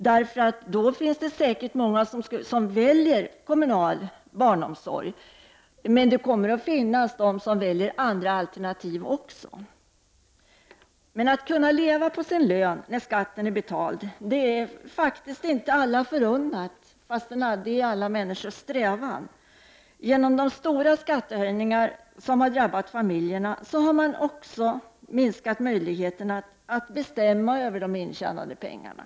Det finns säkert många som då väljer kommunal barnomsorg, men det kommer att finnas de som väljer andra alternativ också. Att kunna leva på sin lön när skatten är betald är inte alla förunnat, även om det är alla människors strävan. Genom de stora skattehöjningar som har drabbat familjerna har också möjligheten minskat att bestämma över de intjänade pengarna.